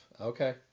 Okay